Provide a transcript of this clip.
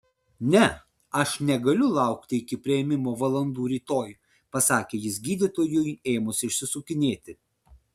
ne aš negaliu laukti iki priėmimo valandų rytoj pasakė jis gydytojui ėmus išsisukinėti